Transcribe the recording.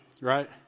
right